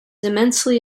immensely